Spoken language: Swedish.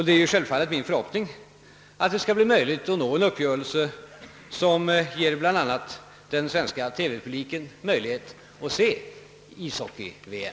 Det är 'självfallet min förhoppning, att det skall bli möjligt att nå en uppgörelse, som ger bl.a. den svenska TV-publiken tillfälle att se ishockey-VM.